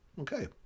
Okay